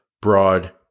broad